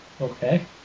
Okay